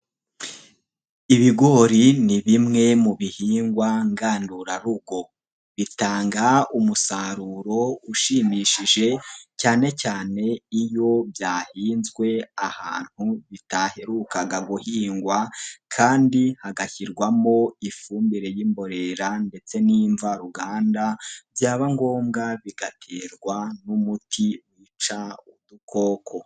Ibigori ni bimwe mu bihingwa ngandurarugo, bitanga umusaruro ushimishije cyane cyane iyo byahinzwe ahantu bitaherukaga guhingwa kandi hagashyirwamo ifumbire y'imborera ndetse n'imvaruganda byaba ngombwa bigaterwa n'umuti wica udukoko.